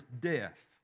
death